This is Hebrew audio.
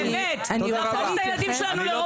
באמת, להפוך את הילדים שלנו לרובוטים.